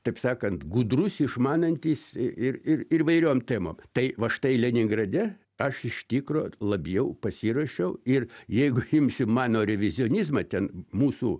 taip sakant gudrus išmanantis ir ir ir įvairiom temom tai va štai leningrade aš iš tikro labiau pasiruošiau ir jeigu imsim mano revizionizmą ten mūsų